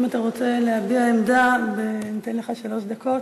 אם אתה רוצה להביע עמדה, ניתן לך שלוש דקות.